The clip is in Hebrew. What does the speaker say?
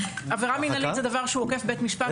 עבירה מינהלית זה דבר שהוא עוקף בית משפט.